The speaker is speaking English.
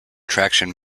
traction